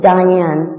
Diane